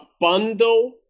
bundle